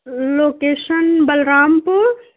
location Balram پور